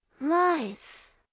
Rice